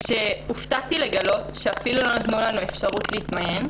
הופתעתי לגלות שאפילו לא נתנו אפשרות להתמיין.